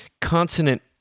consonant-